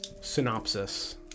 synopsis